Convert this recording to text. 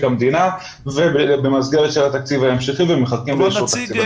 המדינה במסגרת של התקציב ההמשכי ומחכים לאישור תקציב.